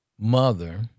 mother